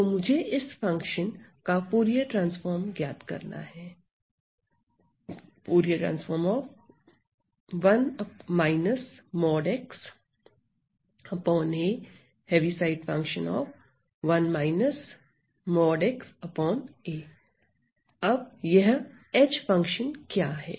तो मुझे इस फंक्शन का फूरिये ट्रांसफार्म ज्ञात करना है अब यह H फंक्शन क्या है